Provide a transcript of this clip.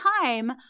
time